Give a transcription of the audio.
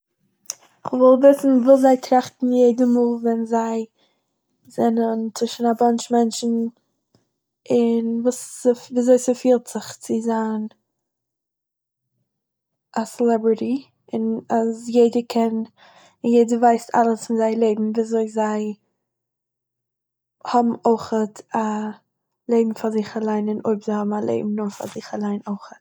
איך וואל וויסן וואס זיי טראכטן יעדע מאל ווען זיי זענען צווישן א באנטש מענטשן, און וואס ס- וואו אזוי ס'פילט זיך צו זיין א סעלעבריטי, און אז יעדער קען און יעדער ווייסט אלעס פון זייער לעבן, וואו אזוי זיי האבן אויכעט א לעבן פאר זיך אליין, און אויב זיי האבן א לעבן נאר פאר זיך אליין אויכעט.